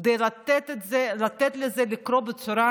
מספיק כדי לתת לזה לקרות בצורה